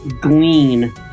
glean